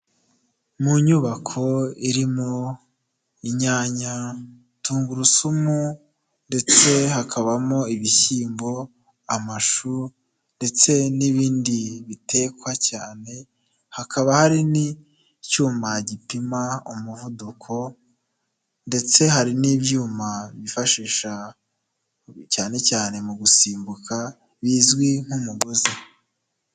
Mu nyubako irimo inyanya, tungurusumu ndetse hakabamo ibishyimbo, amashu ndetse n'ibindi bitekwa cyane, hakaba hari n'icyuma gipima umuvuduko ndetse hari n'ibyuma byifashisha cyane cyane mu gusimbuka bizwi nk'umugozi.